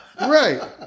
Right